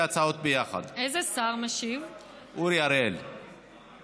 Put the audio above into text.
הצעת החוק יורדת מסדר-יומה של הכנסת.